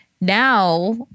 now